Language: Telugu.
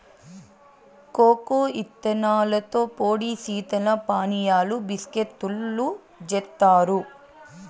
కోకో ఇత్తనాలతో పొడి శీతల పానీయాలు, బిస్కేత్తులు జేత్తారు